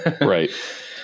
right